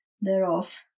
thereof